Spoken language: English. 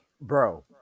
bro